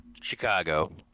Chicago